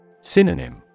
Synonym